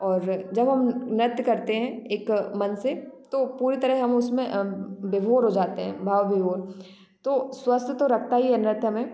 और जब हम नृत्य करते हैं एक मन से तो पूरी तरह हम उसमें बिभोर हो जाते हैं भाव बिभोर तो स्वस्थ तो रखता ही है नृत्य हमें